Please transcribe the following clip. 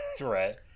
right